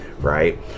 right